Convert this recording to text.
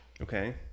Okay